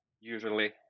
usually